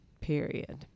Period